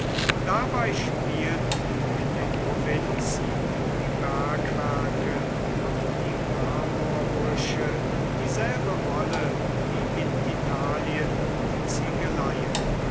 dabei spielten in den provinzen die bergwerke und die marmorbrüche dieselbe rolle wie in italien die